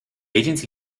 agency